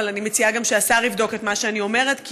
אבל אני מציעה שגם השר יבדוק את מה שאני אומרת,